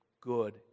good